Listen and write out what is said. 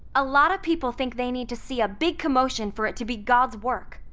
a lot of people think they need to see a big commotion for it to be god's work.